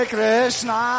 Krishna